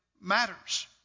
matters